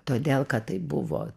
todėl kad tai buvo